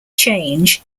change